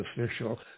Official